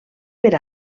per